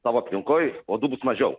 savo aplinkoj uodų vis mažiau